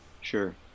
Sure